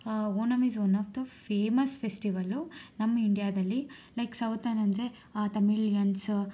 Onam is one of the famous festival ನಮ್ಮ ಇಂಡ್ಯಾದಲ್ಲಿ like southern ಅಂದರೆ ತಮಿಳಿಯನ್ಸ್